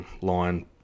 line